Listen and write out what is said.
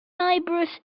tiberius